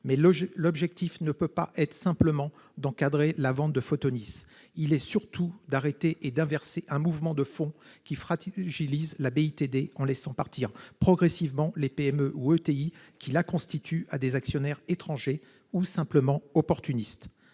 L'objectif ne saurait être pourtant d'encadrer la vente de Photonis, mais bien d'arrêter et d'inverser un mouvement de fond qui fragilise la BITD en laissant partir progressivement les PME ou les ETI qui la constituent vers des actionnaires étrangers ou simplement opportunistes.